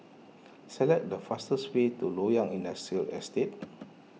select the fastest way to Loyang Industrial Estate